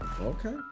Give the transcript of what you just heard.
Okay